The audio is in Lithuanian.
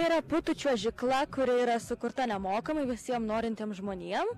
tai yra putų čiuožykla kuri yra sukurta nemokamai visiem norintiem žmonėm